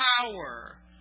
power